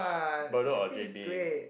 Bedok and JP